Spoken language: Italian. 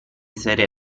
serie